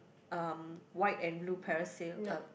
um white and blue parasail uh